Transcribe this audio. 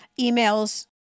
Emails